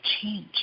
change